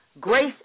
Grace